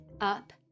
Up